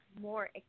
more